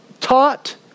taught